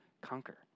conquer